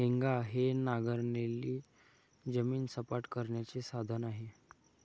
हेंगा हे नांगरलेली जमीन सपाट करण्याचे साधन आहे